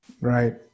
right